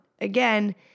Again